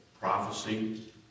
prophecy